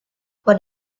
what